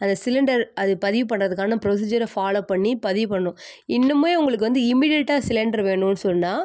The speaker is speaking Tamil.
அது சிலிண்டரு அது பதிவு பண்ணுறதுக்கான ப்ரொசீஜரை ஃபாலோ பண்ணி பதிவு பண்ணணும் இன்னும் உங்களுக்கு வந்து இமீடியட்டாக சிலிண்டரு வேணும்னு சொன்னால்